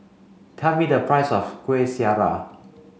tell me the price of Kueh Syara